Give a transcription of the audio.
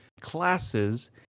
classes